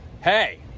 Hey